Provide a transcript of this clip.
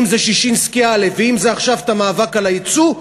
אם זה ששינסקי א' ואם זה עכשיו המאבק על היצוא,